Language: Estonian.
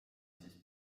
siis